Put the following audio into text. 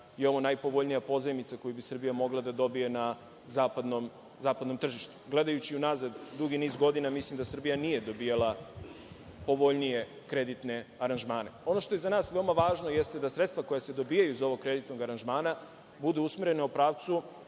je ovo najpovoljnija pozajmica koju bi Srbija mogla da dobije na zapadnom tržištu. Gledajući u nazad, dugi niz godina, mislim da Srbija nije dobijala povoljnije kreditne aranžmane. Ono što je za nas veoma važno jeste da sredstva koja se dobijaju iz ovog kreditnog aranžmana budu usmerena u pravcu